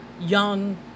young